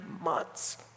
months